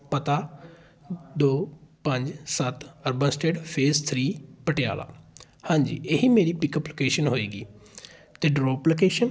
ਪਤਾ ਦੋ ਪੰਜ ਸੱਤ urban estate phase three Patiala ਹਾਂਜੀ ਇਹੀ ਮੇਰੀ ਪਿੱਕਅੱਪ ਲੋਕੇਸ਼ਨ ਹੋਏਗੀ ਅਤੇ ਡਰੋਪ ਲੋਕੇਸ਼ਨ